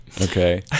Okay